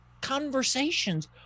conversations